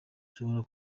ushobora